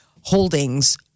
Holdings